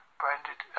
branded